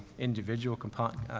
individual compo ah,